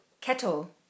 Kettle